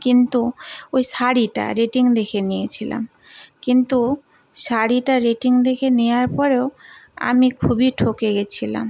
কিন্তু ওই শাড়িটা রেটিং দেখে নিয়েছিলাম কিন্তু শাড়িটা রেটিং দেখে নেওয়ার পরেও আমি খুবই ঠকে গিয়েছিলাম